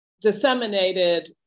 disseminated